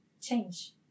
Change